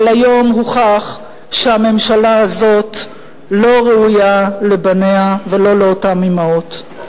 אבל היום הוכח שהממשלה הזאת לא ראויה לבניה ולא לאותן אמהות.